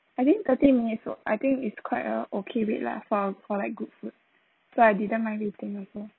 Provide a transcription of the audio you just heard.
I think thirty minutes were I think it's quite a okay wait lah for for like good food so I didn't mind waiting also